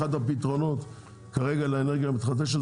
אחד הפתרונות לאנרגיה המתחדשת,